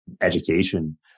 education